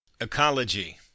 Ecology